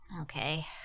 Okay